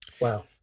Wow